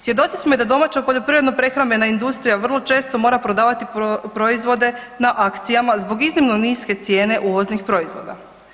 Svjedoci smo i da domaća poljoprivredna prehrambena industrija vrlo često mora prodavati proizvode na akcijama zbog iznimno niske cijene uvoznih proizvoda.